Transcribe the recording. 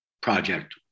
project